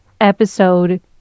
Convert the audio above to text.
episode